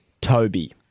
Toby